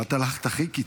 את הלכת הכי קיצון.